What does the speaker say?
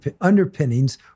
underpinnings